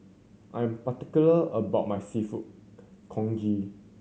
I'm particular about my Seafood Congee